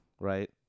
Right